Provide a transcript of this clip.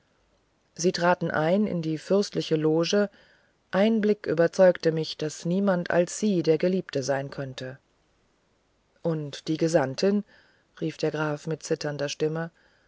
sie traten ein in die fürstliche loge ein blick überzeugte mich daß niemand als sie der geliebte sein könne und die gesandtin rief der graf mit zitternder stimme